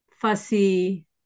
fussy